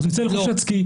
הוא יוצא לחופשת הסקי,